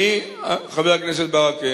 האם ישנם, חבר הכנסת ברכה,